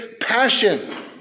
passion